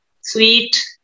sweet